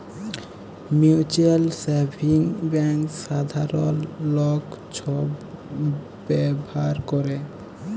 mutual savings bank সাধারল লক ছব ব্যাভার ক্যরে